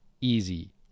easy